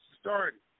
started